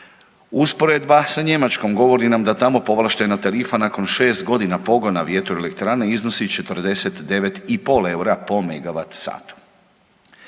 Usporedba sa Njemačkom govori nam da tamo povlaštena tarifa nakon 6 godina pogona vjetroelektrane iznosi 94,5 EUR-a po megavat satu.